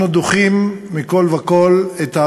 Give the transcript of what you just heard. אנחנו דוחים מכול וכול את ההצעה,